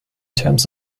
terms